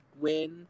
win